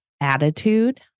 attitude